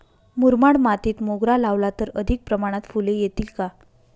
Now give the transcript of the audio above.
मुरमाड मातीत मोगरा लावला तर अधिक प्रमाणात फूले येतील का?